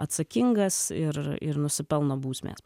atsakingas ir ir nusipelno bausmės